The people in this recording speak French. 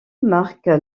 marque